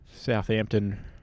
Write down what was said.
Southampton